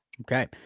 Okay